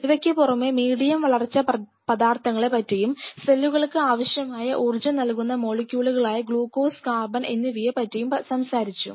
ഇവയ്ക്കുപുറമേ medium വളർച്ച പദാർഥങ്ങളെ പറ്റിയും സെല്ലുകൾക്ക് ആവശ്യമായ ഊർജ്ജം നൽകുന്ന മോളിക്യൂളുകളായ ഗ്ലൂക്കോസ് കാർബൺ എന്നിവയെപ്പറ്റിയും സംസാരിച്ചു